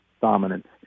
dominance